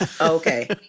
Okay